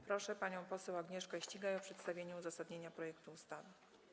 Proszę panią poseł Agnieszkę Ścigaj o przedstawienie uzasadnienia projektu ustawy.